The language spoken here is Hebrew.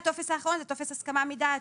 הטופס האחרון זה טופס הסכמה מדעת,